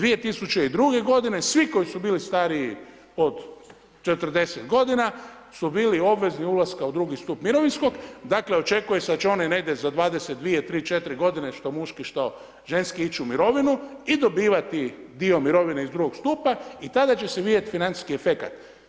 2002. godine svi koji su bili stariji od 40 godina su bili obvezni ulaska u drugi stup mirovinskog, dakle očekuje se da će oni negdje za 22, 23, 24 godine što muški, što ženski ići u mirovinu i dobivati dio mirovine iz drugog stupa i tada će se vidjeti financijski efekat.